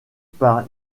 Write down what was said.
par